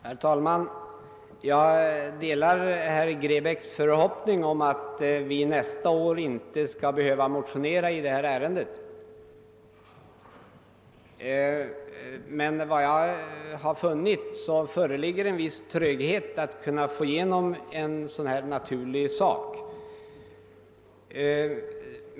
Herr talman! Jag delar herr Grebäcks förhoppning att vi nästa år inte skall behöva motionera i detta ärende. Enligt vad jag har funnit föreligger en viss tröghet att kunna få igenom en sådan här naturlig sak.